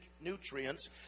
nutrients